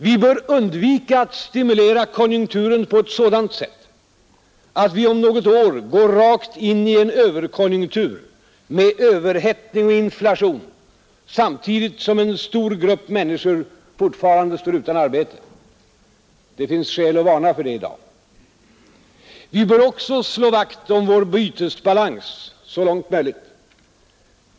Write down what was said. Vi bör undvika att stimulera konjunkturen på sådant sätt att vi om något år går rakt in i en överkonjunktur med överhettning och inflation, samtidigt som en stor grupp människor fortfarande står utan arbete. Det finns skäl att varna för det i dag. Vi bör också slå vakt om vår bytesbalans så långt möjligt.